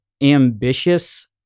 ambitious